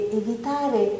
evitare